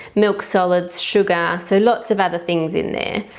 milk solids, sugar so lots of other things in there.